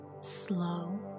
slow